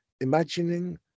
imagining